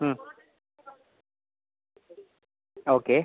okay